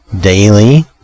daily